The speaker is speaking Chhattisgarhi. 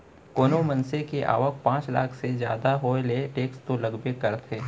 कोनो मनसे के आवक पॉच लाख ले जादा हो ले टेक्स तो लगबे करथे